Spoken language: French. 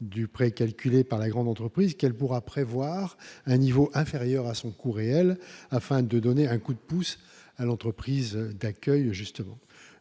du pré-calculé par la grande entreprise qu'elle pourra prévoir un niveau inférieur à son coût réel afin de donner un coup de pouce à l'entreprise d'accueil justement